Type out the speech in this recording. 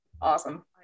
awesome